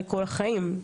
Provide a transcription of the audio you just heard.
לכל החיים.